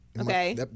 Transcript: okay